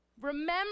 remember